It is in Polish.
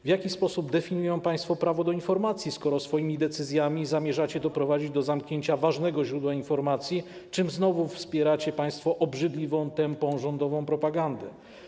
W jaki sposób definiują państwo prawo do informacji, skoro swoimi decyzjami zamierzacie doprowadzić do zamknięcia ważnego źródła informacji, czym znowu wspieracie obrzydliwą, tępą, rządową propagandę?